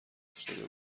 افتاده